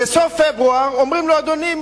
בסוף פברואר אומרים לו: אדוני,